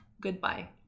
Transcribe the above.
Goodbye